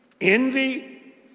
Envy